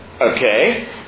Okay